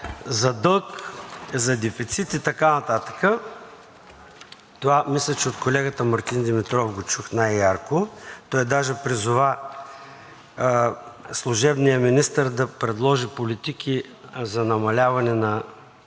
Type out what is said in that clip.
за дълг, за дефицит и така нататък, това мисля, че от колегата Мартин Димитров го чух най-ярко. Той даже призова служебния министър да предложи политики за намаляване на